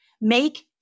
Make